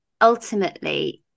ultimately